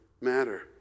matter